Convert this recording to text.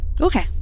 Okay